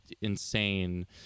insane